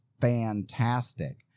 fantastic